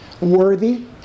worthy